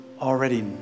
already